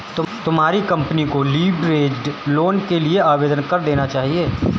तुम्हारी कंपनी को leveraged loan के लिए आवेदन कर देना चाहिए